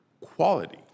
quality